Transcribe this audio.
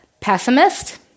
pessimist